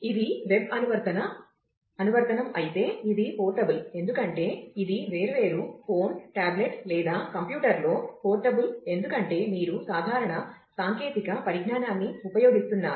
ఇది వెబ్ అనువర్తనం అయితే ఇది పోర్టబుల్ ఎందుకంటే ఇది వేర్వేరు ఫోన్ టాబ్లెట్ లేదా కంప్యూటర్లో పోర్టబుల్ ఎందుకంటే మీరు సాధారణ సాంకేతిక పరిజ్ఞానాన్ని ఉపయోగిస్తున్నారు